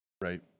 Right